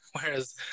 Whereas